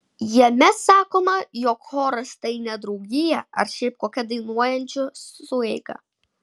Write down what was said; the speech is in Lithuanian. jame sakoma jog choras tai ne draugija ar šiaip kokia dainuojančių sueiga